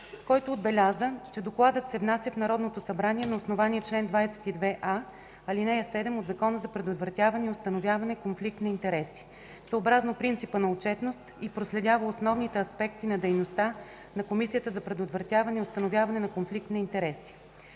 който отбеляза, че Докладът се внася в Народното събрание на основание чл. 22а, ал. 7 от Закона за предотвратяване и установяване конфликт на интереси съобразно принципа на отчетност и проследява основните аспекти на дейността на Комисията. Комисията работи почти 17 месеца